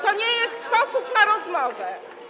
To nie jest sposób na rozmowę.